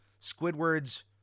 Squidward's